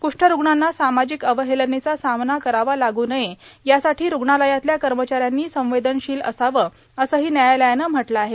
क्रष्ठरूग्णांना सामाजिक अवहेलनेचा सामना करावा लागू नये यासाठी रूग्णालयातल्या कर्मचाऱ्यांनी संवेदनशील असावं असंही व्यायालयानं म्हटलं आहे